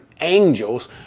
angels